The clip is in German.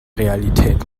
realität